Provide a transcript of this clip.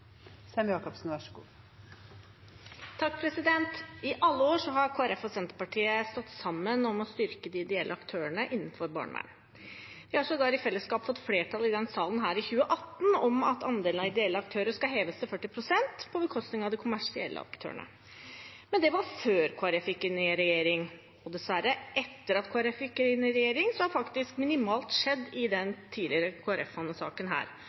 stått sammen om å styrke de ideelle aktørene innenfor barnevernet. Vi fikk i fellesskap flertall i denne salen i 2018 for at andelen ideelle aktører skal heves til 40 pst. – på bekostning av de kommersielle aktørene. Men det var før Kristelig Folkeparti gikk inn i regjering. Dessverre har minimalt skjedd i denne tidligere Kristelig Folkeparti-fanesaken etter at Kristelig Folkeparti gikk inn i regjering. Utviklingen har dessverre vist at den kommersielle andelen av aktører i